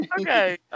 Okay